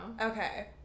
Okay